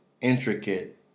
intricate